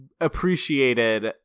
appreciated